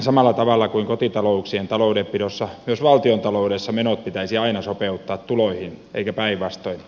samalla tavalla kuin kotitalouksien taloudenpidossa myös valtiontaloudessa menot pitäisi aina sopeuttaa tuloihin eikä päinvastoin